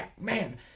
man